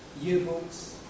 yearbooks